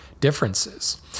differences